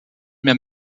mehr